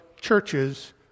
churches